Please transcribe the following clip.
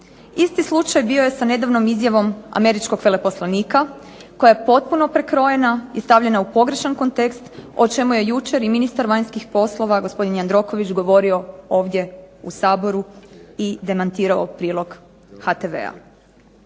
Isti slučaj bio je sa nedavnom izjavom američkog veleposlanika koja je potpuno prekrojena i stavljena u pogrešan kontekst o čemu je jučer i ministar vanjskih poslova gospodin Jandroković govorio ovdje u Saboru i demantirao prilog HTV-a.